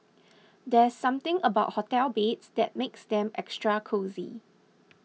there's something about hotel beds that makes them extra cosy